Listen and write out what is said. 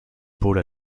pôle